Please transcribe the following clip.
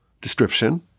description